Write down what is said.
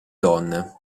donne